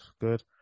good